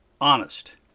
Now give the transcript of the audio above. honest